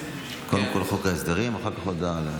קודם כול חוק ההסדרים, אחר כך הודעה.